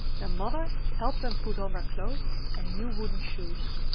their mother helped them put on their clothes and new wooden shoes.